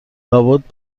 لابد